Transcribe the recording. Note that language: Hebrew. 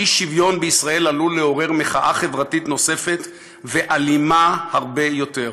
האי-שוויון בישראל עלול לעורר מחאה חברתית נוספת ואלימה הרבה יותר.